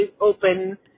open